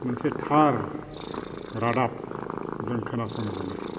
मोनसे थार रादाब जों खोनासंनो मोनो